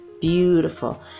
beautiful